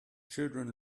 children